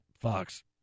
Fox